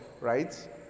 Right